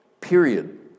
period